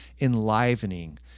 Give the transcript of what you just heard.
enlivening